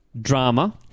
drama